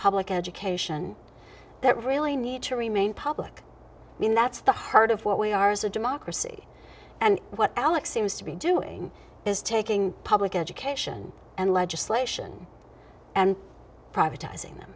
public education that really need to remain public i mean that's the heart of what we are as a democracy and what alex seems to be doing is taking public education and legislation and privatizing